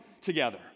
together